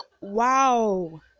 wow